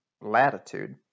latitude